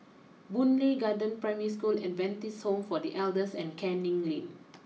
Boon Lay Garden Primary School Adventist Home for the Elders and Canning Lane